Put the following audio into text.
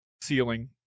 ceiling